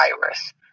virus